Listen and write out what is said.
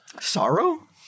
Sorrow